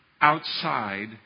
outside